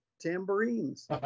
tambourines